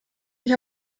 ich